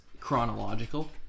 Chronological